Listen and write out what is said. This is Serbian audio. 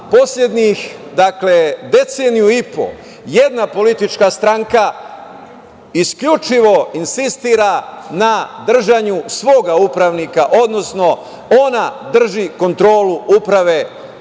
poslednjih deceniju i po jedna politička stranka isključivo insistira na držanju svog upravnika, odnosno ona drži kontrolu uprave